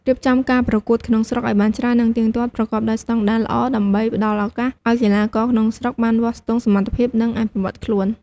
រៀបចំការប្រកួតក្នុងស្រុកឱ្យបានច្រើននិងទៀងទាត់ ប្រកបដោយស្តង់ដារល្អ ដើម្បីផ្តល់ឱកាសឱ្យកីឡាករក្នុងស្រុកបានវាស់ស្ទង់សមត្ថភាព និងអភិវឌ្ឍខ្លួន។